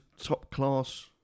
top-class